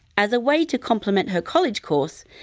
as a way to complement her college course,